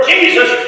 Jesus